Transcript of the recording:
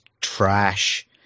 trash